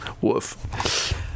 Woof